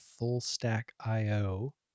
fullstack.io